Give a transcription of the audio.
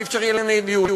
אי-אפשר יהיה לנהל דיון.